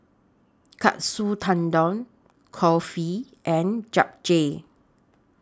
Katsu Tendon Kulfi and Japchae